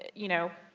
you know,